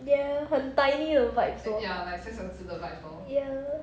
ya 很 tiny 的 vibes lor ya